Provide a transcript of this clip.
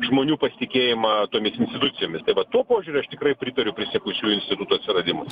žmonių pasitikėjimą tomis institucijomis tai vat tuo požiūriu aš tikrai pritariu prisiekusiųjų instituto atsiradimui